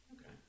Okay